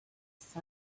size